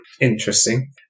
Interesting